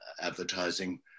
advertising